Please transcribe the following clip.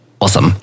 Awesome